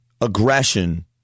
aggression